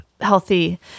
healthy